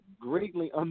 greatly